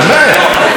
באמת.